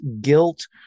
guilt